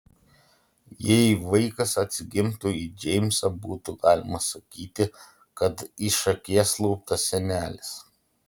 jei vaikas atsigimtų į džeimsą būtų galima sakyti kad iš akies luptas senelis